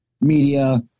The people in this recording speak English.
media